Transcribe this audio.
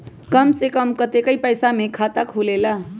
कम से कम कतेइक पैसा में खाता खुलेला?